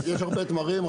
תמרים.